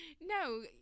no